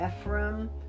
Ephraim